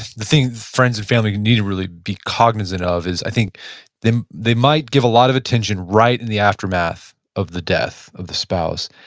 the thing friends and family need to really be cognizant of is i think they might give a lot of attention right in the aftermath of the death of the spouse,